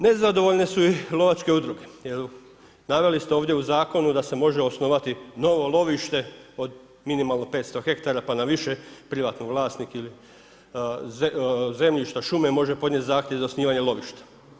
Nezadovoljne su i lovačke udruge, jer, naveli ste ovdje u zakonu da se može osnovati novo lovište od minimalno 500 hektara pa više, privatni vlasnik ili zemljišta, šume može podnjet zahtjev za osnivanje lovišta.